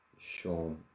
Sean